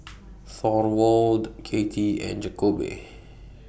Thorwald Katy and Jakobe